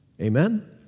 Amen